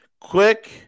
Quick